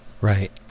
Right